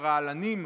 הרעלנים,